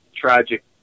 tragic